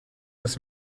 das